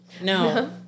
No